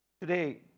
today